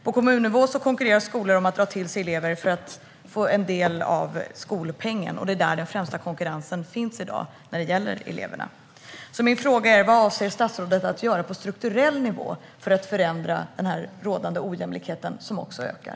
På kommunnivå konkurrerar skolor om att dra till sig elever för att få del av skolpengen. Det är där den främsta konkurrensen finns i dag när det gäller eleverna. Min fråga är: Vad avser statsrådet att göra på strukturell nivå för att förändra den rådande ojämlikheten, som också ökar?